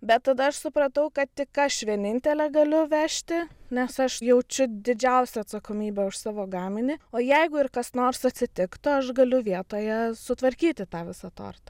bet tada aš supratau kad tik aš vienintelė galiu vežti nes aš jaučiu didžiausią atsakomybę už savo gaminį o jeigu ir kas nors atsitiktų aš galiu vietoje sutvarkyti tą visą tortą